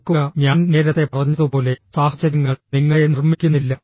ഓർക്കുക ഞാൻ നേരത്തെ പറഞ്ഞതുപോലെ സാഹചര്യങ്ങൾ നിങ്ങളെ നിർമ്മിക്കുന്നില്ല